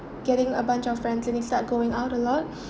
getting a bunch of friends and you start going out a lot